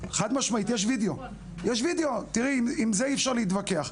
יש וידאו, עם זה אי אפשר להתווכח.